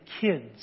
kids